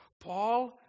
Paul